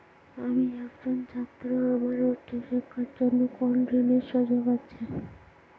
আমি একজন ছাত্র আমার উচ্চ শিক্ষার জন্য কোন ঋণের সুযোগ আছে?